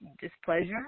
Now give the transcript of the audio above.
displeasure